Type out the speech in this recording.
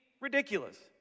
ridiculous